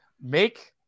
Make